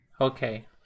okay